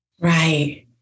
Right